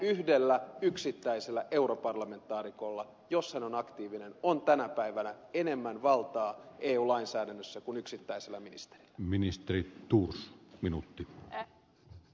yhdellä yksittäisellä europarlamentaarikolla jos hän on aktiivinen on tänä päivänä enemmän valtaa eu lainsäädännössä kuin yksittäisellä ministerillä